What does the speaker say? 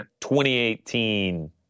2018